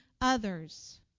others